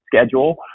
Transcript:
schedule